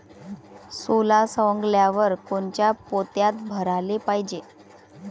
सोला सवंगल्यावर कोनच्या पोत्यात भराले पायजे?